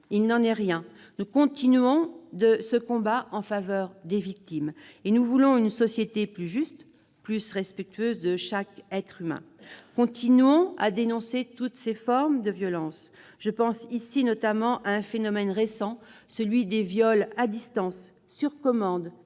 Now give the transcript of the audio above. Il n'en est rien. Nous continuons le combat en faveur des victimes. Nous voulons une société plus juste, plus respectueuse de chaque être humain. Continuons à dénoncer toutes ces formes de violences. Je pense notamment à un phénomène récent, celui des « viols à distance », sur commande